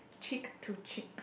cheek to cheek